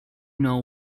know